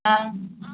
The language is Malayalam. ആ